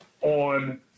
on